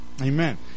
Amen